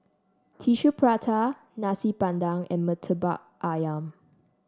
Tissue Prata Nasi Padang and Murtabak ayam